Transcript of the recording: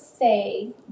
say